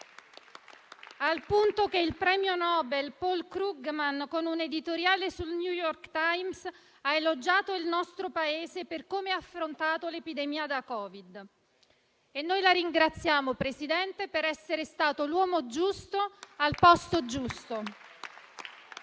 al punto che il premio Nobel Paul Krugman, con un editoriale sul «New York Times», ha elogiato il nostro Paese per come ha affrontato l'epidemia da Covid. E noi la ringraziamo, signor Presidente del Consiglio, per essere stato l'uomo giusto al posto giusto.